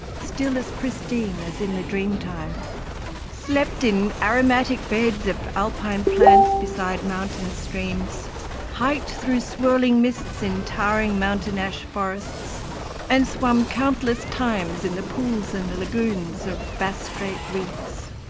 still as pristine as in the dreamtime slept in aromatic beds of alpine plants beside mountain streams hiked through swirling mists in towering mountain ash forests and swum countless times in the pools and lagoons of bass strait reefs.